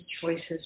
choices